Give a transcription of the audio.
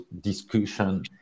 discussion